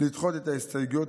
לדחות את ההסתייגויות,